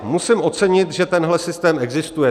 Musím ocenit, že tenhle systém existuje.